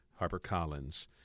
HarperCollins